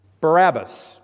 Barabbas